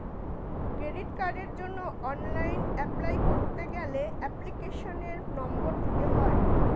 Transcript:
credit কার্ডের জন্য online apply করতে গেলে এপ্লিকেশনের নম্বর দিতে হয়